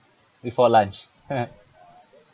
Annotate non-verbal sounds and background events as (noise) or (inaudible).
before lunch (laughs)